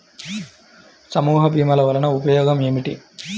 సమూహ భీమాల వలన ఉపయోగం ఏమిటీ?